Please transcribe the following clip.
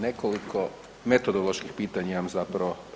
Nekoliko metodoloških pitanja imam zapravo.